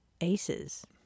Aces